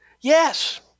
Yes